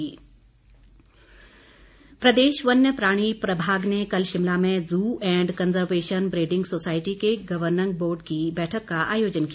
बैठक प्रदेश वन्य प्राणी प्रभाग ने कल शिमला में zoo and conservation breeding society के गवर्निंग बोर्ड की बैठक का आयोजन किया